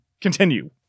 Continue